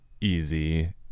easy